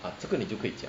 啊这个你就可以讲